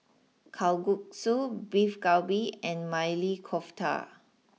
Kalguksu Beef Galbi and Maili Kofta